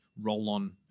roll-on